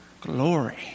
Glory